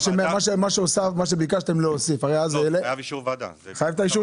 זה חייב אישור ועדה.